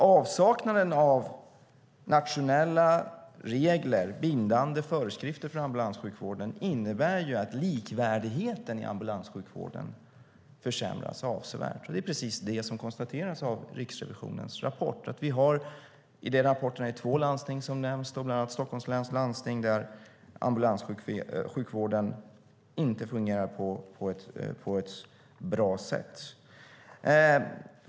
Avsaknaden av nationella regler och bindande föreskrifter för ambulanssjukvården innebär att likvärdigheten i ambulanssjukvården försämras avsevärt. Det är precis det som konstateras i Riksrevisionens rapport. I rapporten nämns två landsting, bland annat Stockholms läns landsting, där ambulanssjukvården inte fungerar på ett bra sätt.